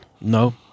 No